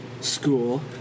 School